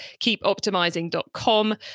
keepoptimizing.com